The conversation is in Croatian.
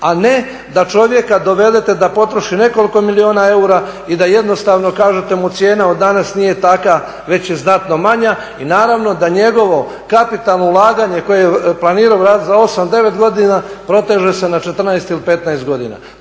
a ne da čovjeka dovedete da potroši nekoliko milijuna eura i da jednostavno kažete mu cijena od danas nije takva već je znatno manja. I naravno da njegovo kapitalno ulaganje koje je planirao za 8, 9 godina proteže se na 14 ili 15 godina.